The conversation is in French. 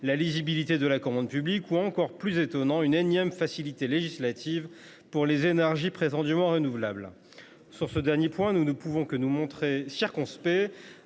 la lisibilité de la commande publique ou encore, plus étonnant, une énième facilité législative pour les énergies prétendument renouvelables. Sur ce dernier point, nous ne pouvons que nous montrer circonspects.